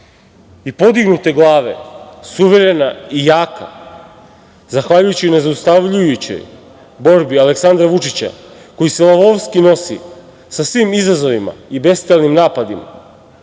i podignute glave suverena i jaka, zahvaljujući nezaustavljujućoj borbi Aleksandra Vučića koji se lavovski nosi sa svim izazovima i bestijalnim napadima